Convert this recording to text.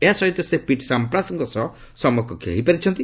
ଏହାସହିତ ସେ ପିଟ୍ ସାମ୍ପ୍ରାସ୍ଙ୍କ ସହ ସମକକ୍ଷ ହୋଇପାରିଛନ୍ତି